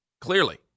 clearly